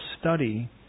study